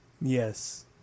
Yes